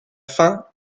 faim